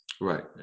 Right